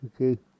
okay